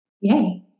Yay